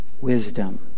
wisdom